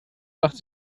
macht